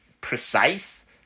precise